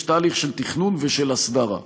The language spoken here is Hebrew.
יש תהליך של תכנון ושל הסדרה.